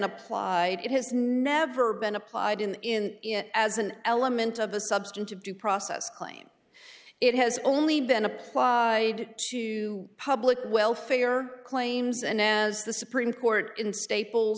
applied it has never been applied in as an element of a substantive due process claim it has only been applied to public welfare claims and as the supreme court in staple